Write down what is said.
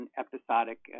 episodic